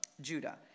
Judah